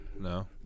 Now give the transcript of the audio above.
no